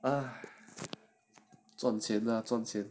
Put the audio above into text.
ah 赚钱 ah 赚钱